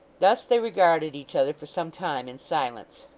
thus they regarded each other for some time, in silence.